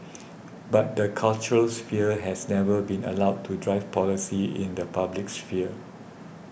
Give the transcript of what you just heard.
but the cultural sphere has never been allowed to drive policy in the public sphere